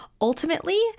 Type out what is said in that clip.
ultimately